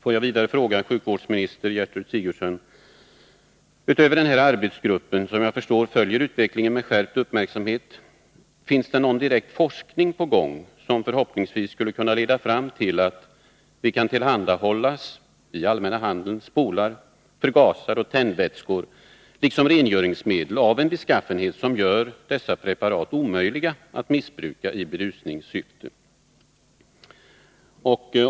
Får jag vidare fråga sjukvårdsminister Gertrud Sigurdsen: Utöver den här arbetsgruppen — som jag förstår följer utvecklingen med skärpt uppmärksamhet— finns det någon direkt forskning på gång som förhoppningsvis skulle kunna leda fram till att det i allmänna handeln kan tillhandahållas spolar-, förgasaroch tändvätskor liksom rengöringsmedel av en beskaffenhet som gör dessa preparat omöjliga att missbruka i berusningssyfte?